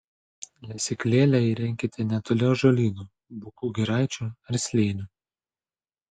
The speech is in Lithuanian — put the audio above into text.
lesyklėlę įrenkite netoli ąžuolynų bukų giraičių ar slėnių